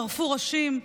ערפו ראשים,